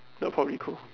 that probably cool